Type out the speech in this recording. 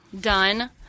done